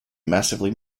massively